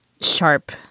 Sharp